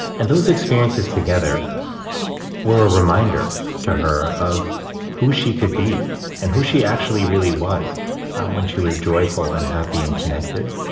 and those experiences together were a reminder to her of who she could be and who she actually really was when she was joyful and happy and connected.